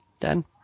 done